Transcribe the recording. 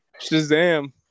Shazam